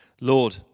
Lord